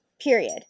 period